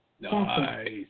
Nice